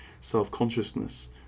self-consciousness